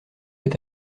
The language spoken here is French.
est